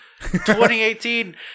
2018